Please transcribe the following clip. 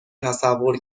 تصور